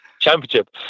championship